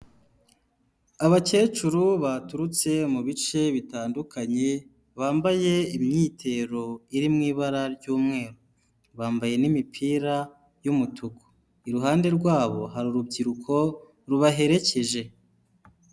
Abakecuru baturutse mu bice bitandukanye bambaye imyitero iri mu ibara ry'umweru, bambaye n'imipira y'umutuku, iruhande rw'abo hari urubyiruko rubaherekeje.